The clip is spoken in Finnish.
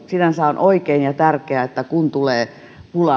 sinänsä on oikein ja tärkeää että kun sinne tulee